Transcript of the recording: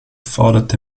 forderte